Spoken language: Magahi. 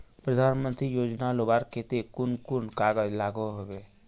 प्रधानमंत्री योजना लुबार केते कुन कुन कागज लागोहो होबे?